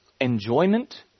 enjoyment